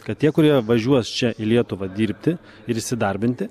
kad tie kurie važiuos čia į lietuvą dirbti ir įsidarbinti